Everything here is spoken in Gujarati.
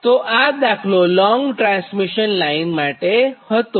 તો આ દાખલો લોંગ ટ્રાન્સમિશન લાઇન માટે હતું